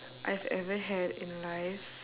I've ever had in life